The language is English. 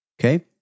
Okay